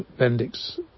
Bendix